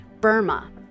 Burma